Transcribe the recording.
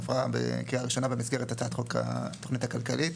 שעברה בקריאה ראשונה במסגרת הצעת חוק התכנית הכלכלית.